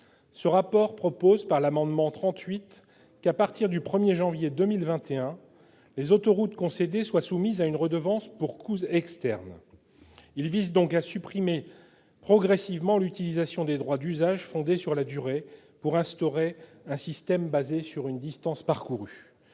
Il y est proposé, par l'amendement n° 38, que, à partir du 1 janvier 2021, les autoroutes concédées soient soumises à une redevance pour coûts externes. Il s'agit donc de supprimer progressivement l'utilisation des droits d'usage fondés sur la durée pour instaurer un système basé sur une distance parcourue.